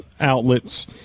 outlets